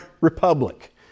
republic